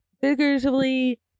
figuratively